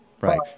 right